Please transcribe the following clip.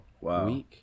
Wow